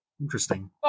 interesting